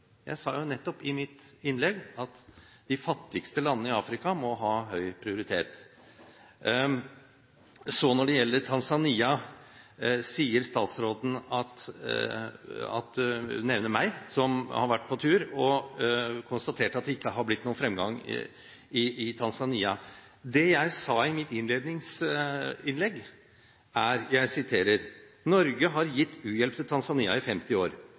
Jeg sa jo nettopp i mitt innlegg at de fattigste landene i Asia må ha høy prioritet. Når det gjelder Tanzania, nevner statsråden meg, som har vært på tur og konstatert at det ikke har blitt noen fremgang i Tanzania. Det jeg sa i mitt hovedinnlegg, var: «Norge har gitt u-hjelp til Tanzania i 50 år. Norge har gitt landet 23 mrd. kr på disse 50